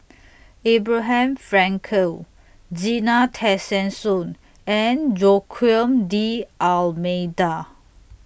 Abraham Frankel Zena Tessensohn and Joaquim D'almeida